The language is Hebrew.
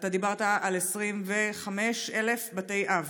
אתה דיברת על 25,000 בתי אב.